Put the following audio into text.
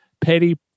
Petty